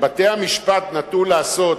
שבתי-המשפט נטו לעשות,